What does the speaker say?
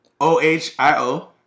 O-H-I-O